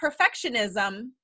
Perfectionism